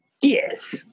Yes